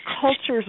cultures